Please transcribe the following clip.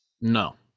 No